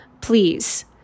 Please